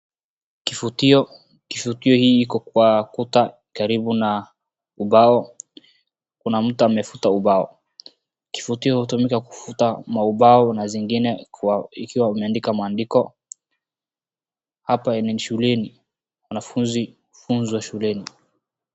Kifutio, kifutio hii iko kwa kuta karibu na ubao. Kuna mtu amefuta ubao. Kifutio hutumika kufuta maubao za zingine ikiwa umeandika maandiko. Hapa ni shuleni, wanafunzi hufunzwa shuleni.